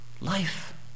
Life